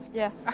yeah. oh,